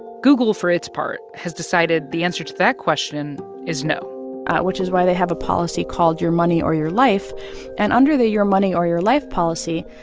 google, for its part, has decided the answer to that question is no which is why they have a policy called your money or your life and under the your money or your life policy,